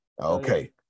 Okay